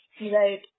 Right